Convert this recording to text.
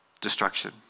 destruction